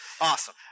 Awesome